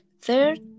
third